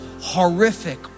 horrific